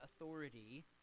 authority